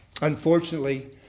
Unfortunately